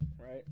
right